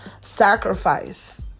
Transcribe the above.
sacrifice